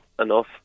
enough